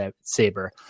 Saber